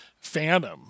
Phantom